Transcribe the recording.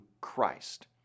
Christ